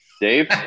Dave